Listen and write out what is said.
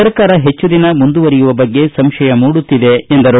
ಸರ್ಕಾರ ಹೆಚ್ಚು ದಿನ ಮುಂದುವರಿಯುವ ಬಗ್ಗೆ ಸಂಶಯ ಮೂಡುತ್ತಿದೆ ಎಂದರು